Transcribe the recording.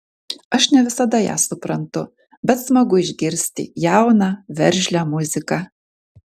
aš ne visada ją suprantu bet smagu išgirsti jauną veržlią muziką